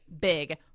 big